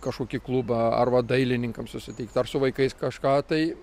kažkokį klubą ar va dailininkam susitikt ar su vaikais kažką tai